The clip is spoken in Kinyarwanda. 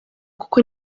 kuko